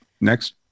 next